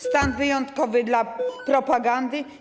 Stan wyjątkowy dla propagandy?